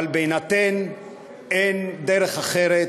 אבל בהינתן שאין דרך אחרת,